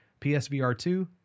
PSVR2